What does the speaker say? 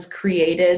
created